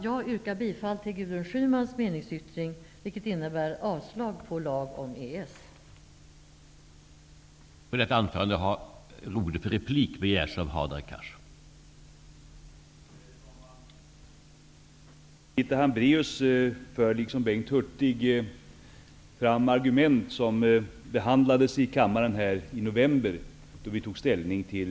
Jag yrkar bifall till Gudrun Schymans meningsyttring, vilket innebär avslag på förslaget till lag om EES.